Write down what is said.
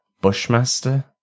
Bushmaster